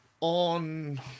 on